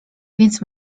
więc